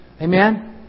Amen